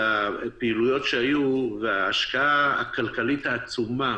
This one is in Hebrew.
הפעילויות שהיו וההשקעה הכלכלית העצומה